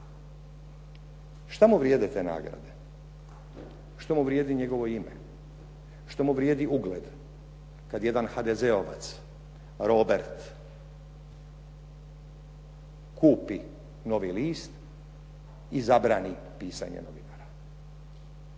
Šta mu vrijede te nagrade? Što mu vrijedi njegovo ime? Što mu vrijedi ugled kad jedan HDZ-ovac Robert kupi "Novi list" i zabrani pisanje novinara.